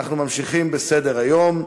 אנחנו ממשיכים בסדר-היום.